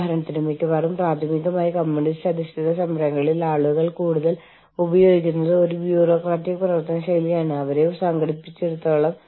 ഉദാഹരണത്തിന് രണ്ടോ അതിലധികമോ രാജ്യങ്ങളിൽ ഉള്ള കമ്പനികൾക്കിടയിലെ ചർച്ചകൾ ഏത് നിയമത്തിൽ ഉൾക്കൊള്ളുന്നു